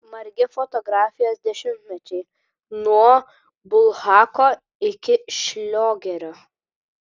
margi fotografijos dešimtmečiai nuo bulhako iki šliogerio